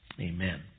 amen